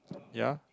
ya